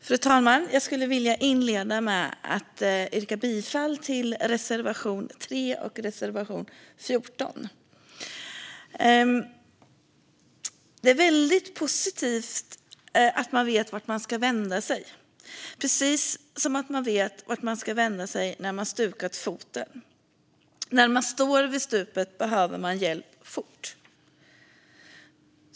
Fru talman! Jag vill inleda med att yrka bifall till reservationerna 3 och 14. Det är väldigt positivt att man vet vart man ska vända sig. Precis som att man vet vart man ska åka när man stukat foten. När man står vid stupet behöver man hjälp fort.